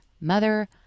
mother